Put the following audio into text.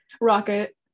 Rocket